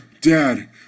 Dad